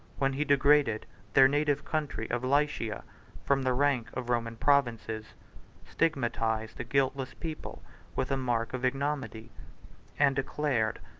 when he degraded their native country of lycia from the rank of roman provinces stigmatized a guiltless people with a mark of ignominy and declared,